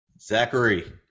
Zachary